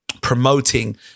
promoting